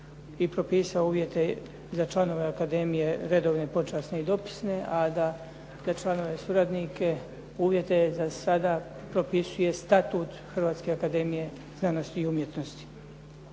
i propisao uvjete za članove akademije redovne, počasne i dopisne, a da te članove suradnike uvjete za sada propisuje statut Hrvatske akademije znanosti i umjetnosti.